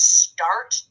start